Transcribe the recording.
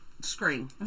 screen